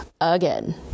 again